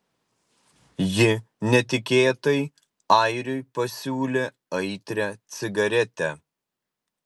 ji netikėtai airiui pasiūlė aitrią cigaretę